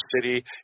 city